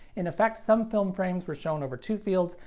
in effect some film frames were shown over two fields,